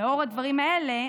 לאור הדברים האלה,